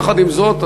יחד עם זאת,